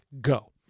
Go